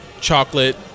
chocolate